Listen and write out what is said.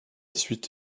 suite